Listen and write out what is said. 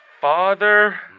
Father